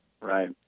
Right